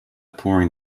pouring